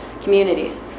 communities